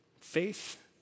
Faith